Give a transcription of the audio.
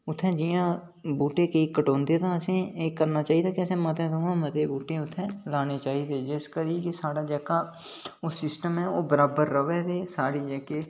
उत्थै जि'यां बूहटे केईं कटोंदे ते असें एह करना चाहिदा कि असें मते कोला मते बूहटे उत्थै लाने चाहिदे जिस करी साढ़ा जेह्का सिस्टम ऐ ओह् सिस्टम बराबर र'वै साढ़ी जेह्की